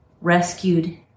rescued